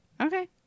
okay